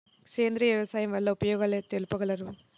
సేంద్రియ వ్యవసాయం వల్ల ఉపయోగాలు తెలుపగలరు?